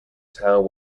town